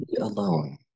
alone